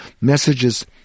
messages